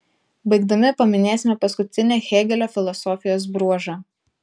baigdami paminėsime paskutinį hėgelio filosofijos bruožą